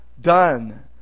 done